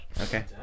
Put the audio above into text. Okay